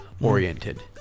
oriented